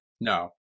no